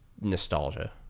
nostalgia